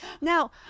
Now